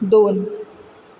दोन